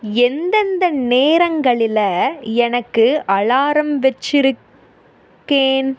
எந்தெந்த நேரங்களில் எனக்கு அலாரம் வச்சிருக்கேன்